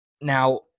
Now